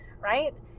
right